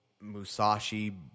Musashi